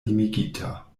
limigita